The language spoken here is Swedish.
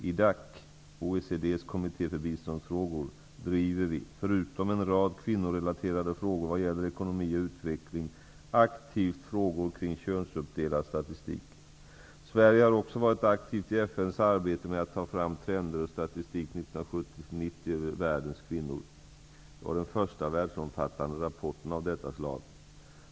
I DAC, driver vi, förutom en rad kvinnorelaterade frågor vad gäller ekonomi och utveckling, aktivt frågor kring könsuppdelad statistik. Sverige har också varit aktivt i FN:s arbete med att ta fram trender och statistik 1970--1990 över världens kvinnor. Det var den första världsomfattande rapporten av detta slag.